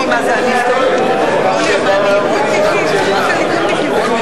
ההסתייגות של קבוצת מרצ לאחרי סעיף 7 לא נתקבלה.